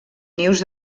nius